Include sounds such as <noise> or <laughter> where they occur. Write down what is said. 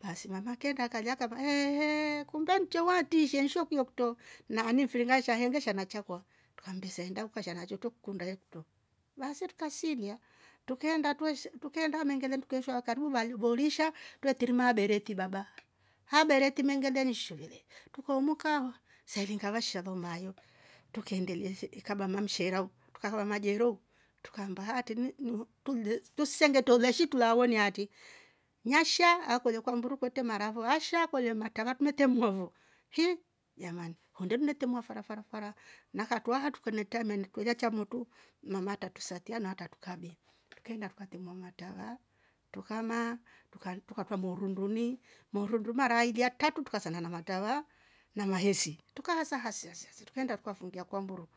basi mama keenda kalya kaamba ehee! Kumbe nncho watrishieni shekuyo kutro naani mfiri ngasha <hesitation> ngesha nachakwa trukambesa enda ukasha nacho twre kukunda <hesitation> kutro baasi tuka siilya trukeenda tweshi trukeenda oh mengeleni trukeeshwa karibu valigolisha twe tirima ah bereti baba, ha bereti mengeleni shovele trukaomka saailinga vasha lo maayo trukeendelia se ikaba mamsherau tuka kaba majero trukaamba haatri ni- ni- trusengetra uleshi trulaawoni aatri nasha akolye kwa mburu kwetre mara fo. asha akolye matrava tume temua fo hi! Jaman onnde tune trema fara fara fara na katru haa trukanne traamia na kulya cha motru ng'ama atratusetia na atra tukabe trukeenda tuka temua matrava tuka maa tukatwra moorunduni. moorundu mara aili atratu trukasanda na matrava na mahesi trukahasa hasa trukeenda tuka fungia kwa mburu,